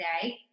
today